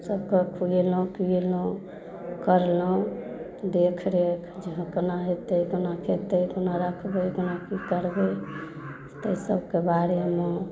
सबके खुवेलहुँ पीयेलहुँ करलहुँ देखरेख जे हँ केना हेतै केना कोना रखबै कोना की करबै तै सबके बारेमे